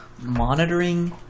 monitoring